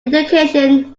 education